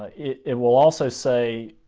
ah it it will also say.